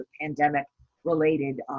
pandemic-related